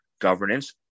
governance